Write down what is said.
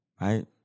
right